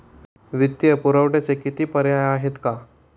वित्तीय पुरवठ्याचे किती पर्याय आहेत का?